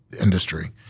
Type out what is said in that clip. industry